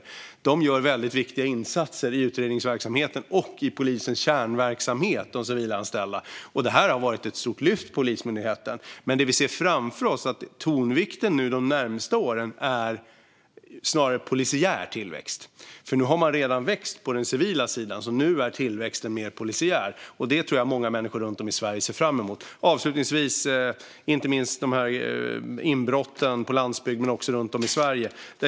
De civilanställda gör väldigt viktiga insatser i utredningsverksamheten och i polisens kärnverksamhet. Det har varit ett stort lyft för Polismyndigheten. Men det vi ser framför oss är att tonvikten under de närmsta åren snarare ligger på polisiär tillväxt, för nu har man redan växt på den civila sidan. Nu blir tillväxten alltså mer polisiär, och det tror jag att många människor runt om i Sverige ser fram emot. Avslutningsvis gäller det inte minst inbrotten på landsbygden men också på andra ställen runt om i Sverige.